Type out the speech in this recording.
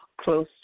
close